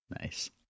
nice